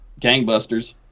gangbusters